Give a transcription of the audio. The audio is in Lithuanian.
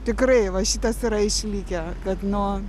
tikrai va šitas yra išlikę kad nuo